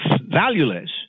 valueless